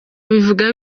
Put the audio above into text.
abivuga